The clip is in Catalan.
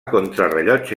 contrarellotge